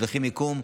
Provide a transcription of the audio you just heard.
שלחי מיקום.